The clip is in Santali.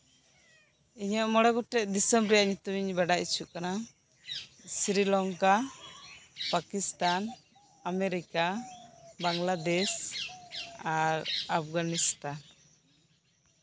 ᱤᱧᱟᱹᱜ ᱢᱚᱬᱮ ᱜᱚᱴᱮᱱ ᱫᱤᱥᱚᱢ ᱨᱮᱭᱟᱜ ᱧᱩᱛᱩᱢᱤᱧ ᱵᱟᱰᱟᱭ ᱦᱚᱪᱚᱜ ᱠᱟᱱᱟ ᱥᱨᱤᱞᱚᱝᱠᱟ ᱯᱟᱠᱤᱥᱛᱷᱟᱱ ᱟᱢᱮᱨᱤᱠᱟ ᱵᱟᱝᱞᱟᱫᱮᱥ ᱟᱨ ᱟᱵᱽᱜᱟᱱᱤᱥᱛᱷᱟᱱ